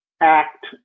act